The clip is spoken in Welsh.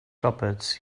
roberts